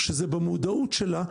שזה במודעות שלה.